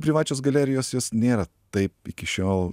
privačios galerijos jos nėra taip iki šiol